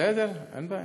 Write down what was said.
בסדר, אין בעיה.